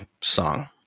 song